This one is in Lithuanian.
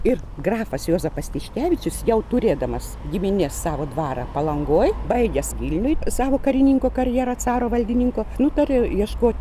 ir grafas juozapas tiškevičius jau turėdamas giminės savo dvarą palangoj baigęs vilniuj savo karininko karjerą caro valdininko nutarė ieškot